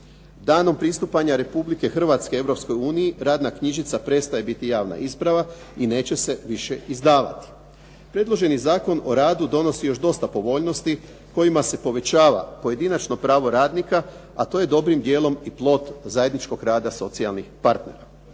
Danom pristupanja Republike Hrvatske Europskoj uniji radna knjižica prestaje biti javna isprava i neće se više izdavati. Predloženi zakon o radu donosi još dosta povoljnosti kojima se povećava pojedinačno pravo radnika, a to je dobrim dijelom i plod zajedničkog rada socijalnih partnera.